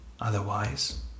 Otherwise